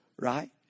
Right